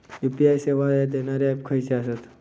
UPI सेवा देणारे app खयचे आसत?